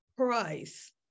Price